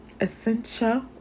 essential